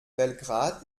belgrad